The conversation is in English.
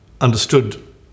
understood